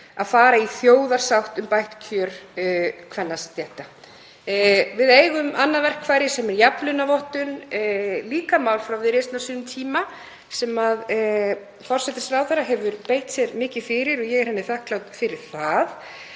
að ná þjóðarsátt um bætt kjör kvennastétta. Við eigum annað verkfæri sem er jafnlaunavottun, líka mál frá Viðreisn á sínum tíma sem forsætisráðherra hefur beitt sér mikið fyrir og ég er henni þakklát fyrir það.